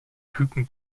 küken